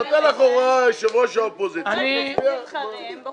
כאשר יושב-ראש האופוזיציה נותן לך הוראה, את